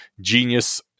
genius